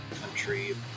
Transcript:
country